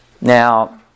Now